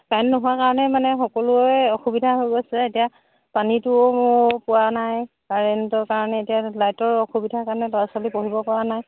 current নোহোৱা কাৰণে মানে সকলোৱে অসুবিধা হৈ গৈছে এতিয়া পানীটোও পোৱা নাই কাৰেণ্টৰ কাৰণে এতিয়া লাইটৰ অসুবিধাৰ কাৰণে ল'ৰা ছোৱালী পঢ়িব পৰা নাই